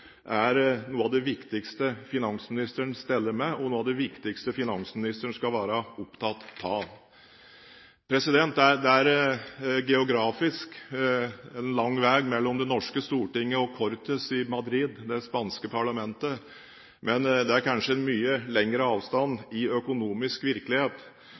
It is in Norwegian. er noe av det viktigste finansministeren steller med, og noe av det viktigste finansministeren skal være opptatt av. Det er geografisk lang vei mellom det norske Stortinget og Cortes Generales i Madrid, det spanske parlamentet, men det er kanskje en mye lengre avstand i økonomisk virkelighet.